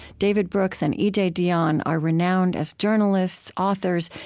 david brooks and e j. dionne are renowned as journalists, authors,